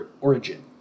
origin